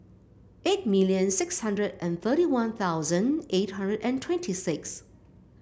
eight million six hundred and thirty One Thousand eight hundred and twenty six